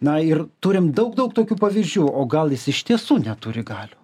na ir turim daug daug tokių pavyzdžių o gal jis iš tiesų neturi galių